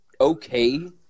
okay